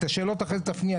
את השאלות אחרי זה תפני.